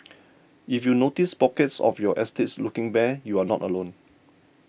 if you notice pockets of your estates looking bare you are not alone